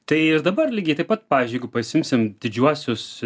tai ir dabar lygiai taip pat pavyzdžiui jeigu paimsim didžiuosius